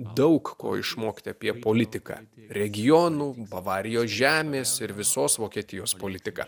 daug ko išmokti apie politiką regionų bavarijos žemės ir visos vokietijos politiką